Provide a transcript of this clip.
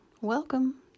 welcome